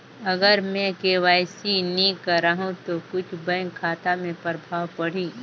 अगर मे के.वाई.सी नी कराहू तो कुछ बैंक खाता मे प्रभाव पढ़ी?